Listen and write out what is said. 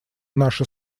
наша